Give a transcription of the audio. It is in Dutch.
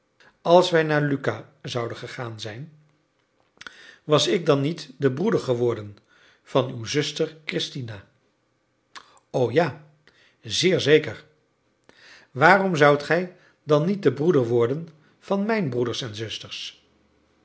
als wij naar lucca zouden gegaan zijn was ik dan niet de broeder geworden van uw zuster christina o ja zeer zeker waarom zoudt gij dan niet de broeder worden van mijn broeders en zusters